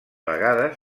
vegades